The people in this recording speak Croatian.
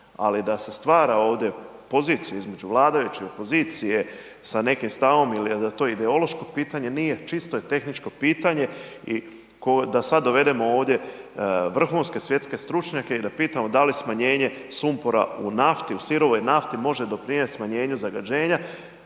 ali da se stvara ovdje pozicija između vladajućih i opozicije sa nekim stavom ili da je to ideološko pitanje, nije, čisto je tehničko pitanje i kao da sad dovedemo ovdje vrhunske svjetske stručnjake i da pitamo da li smanjenje sumpora u nafti, u sirovoj nafti može doprinijeti smanjenju zagađenja,